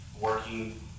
working